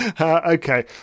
okay